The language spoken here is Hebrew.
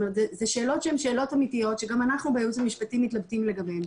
אלה שאלות שהן שאלות אמיתיות שגם אנחנו בייעוץ המשפטי מתלבטים לגביהן,